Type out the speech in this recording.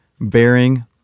bearing